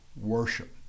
worship